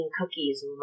cookies